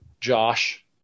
Josh